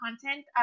content